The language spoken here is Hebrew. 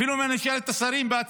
אפילו אם אני שואל את השרים בעצמם,